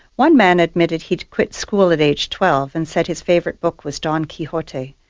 one man admitted he'd quit school at age twelve and said his favourite book was don quixote,